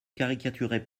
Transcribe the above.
caricaturez